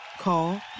call